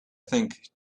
think